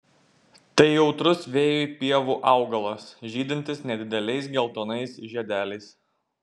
tai jautrus vėjui pievų augalas žydintis nedideliais geltonais žiedeliais